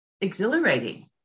exhilarating